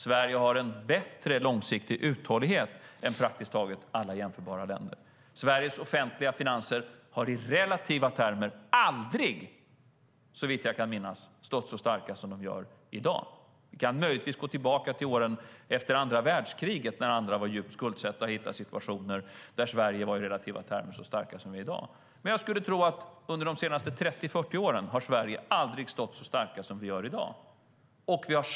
Sverige har en bättre långsiktig uthållighet än praktiskt taget alla jämförbara länder. Sveriges offentliga finanser har i relativa termer aldrig , såvitt jag kan minnas, stått så starka som i dag. Vi kan möjligtvis gå tillbaka till åren efter andra världskriget när andra länder var djupt skuldsatta och hitta situationer där Sverige i relativa termer var så starkt som i dag. Men jag skulle tro att under de senaste 30-40 åren har Sverige aldrig stått så starkt som i dag.